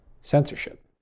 censorship